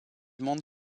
monde